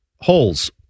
Holes